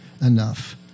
enough